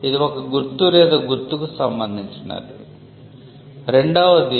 ఇది ఒక గుర్తు లేదా గుర్తుకు సంబంధించినది 2